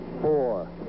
four